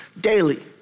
daily